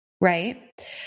right